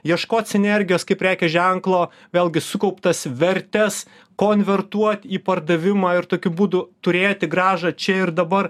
ieškot sinergijos kaip prekės ženklo vėlgi sukauptas vertes konvertuot į pardavimą ir tokiu būdu turėti grąžą čia ir dabar